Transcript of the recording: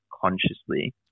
consciously